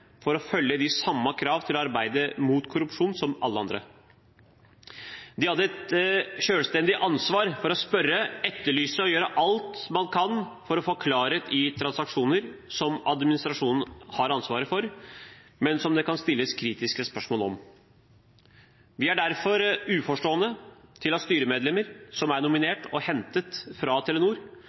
for å følge de samme krav til å arbeide mot korrupsjon som alle andre. De hadde et selvstendig ansvar for å spørre, etterlyse og gjøre alt man kan for å få klarhet i transaksjoner som administrasjonen har ansvaret for, men som det kan stilles kritiske spørsmål ved. Vi stiller oss derfor uforstående til at styremedlemmer som er nominert og hentet fra Telenor,